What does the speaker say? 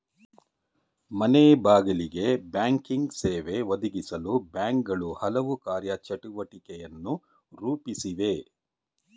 ಮನೆಬಾಗಿಲಿಗೆ ಬ್ಯಾಂಕಿಂಗ್ ಸೇವೆ ಒದಗಿಸಲು ಬ್ಯಾಂಕ್ಗಳು ಹಲವು ಕಾರ್ಯ ಚಟುವಟಿಕೆಯನ್ನು ರೂಪಿಸಿವೆ